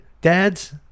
dads